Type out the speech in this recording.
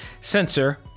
sensor